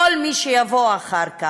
כל מי שיבוא אחר כך.